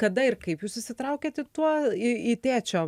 kada ir kaip jūs įsitraukėt į tuo į į tėčio